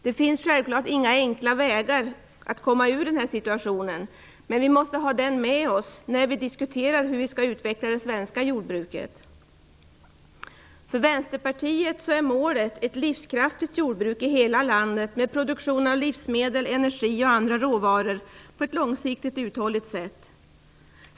Det finns självklart inga enkla vägar för att komma ur den här situationen. Men vi måste ha dessa fakta med oss när vi diskuterar hur vi skall utveckla det svenska jordbruket. För Vänsterpartiet är målet ett livskraftigt jordbruk i hela landet, med produktion av livsmedel, energi och andra råvaror på ett långsiktigt uthålligt sätt.